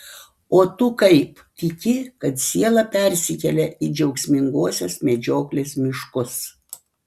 o tu kaip tiki kad siela persikelia į džiaugsmingosios medžioklės miškus